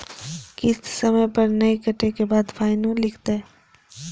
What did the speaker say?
किस्त समय पर नय कटै के बाद फाइनो लिखते?